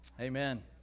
Amen